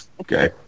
Okay